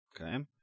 Okay